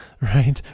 right